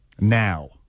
Now